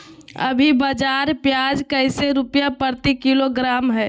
अभी बाजार प्याज कैसे रुपए प्रति किलोग्राम है?